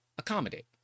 Accommodate